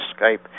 Skype